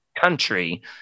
country